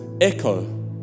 echo